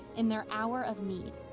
in their hour of need.